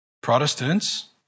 Protestants